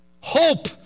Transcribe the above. hope